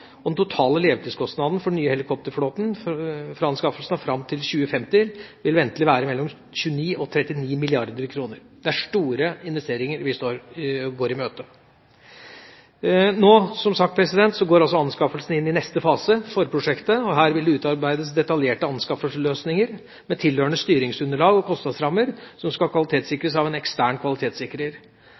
Den totale levetidskostnaden for den nye helikopterflåten, fra anskaffelse og fram til 2050, vil ventelig være 29–39 mrd. kr. Det er store investeringer vi går i møte. Som sagt: Anskaffelsen går inn i neste fase – forprosjektet. Her vil det utarbeides detaljerte anskaffelsesløsninger med tilhørende styringsunderlag og kostnadsrammer som skal kvalitetssikres av en ekstern kvalitetssikrer.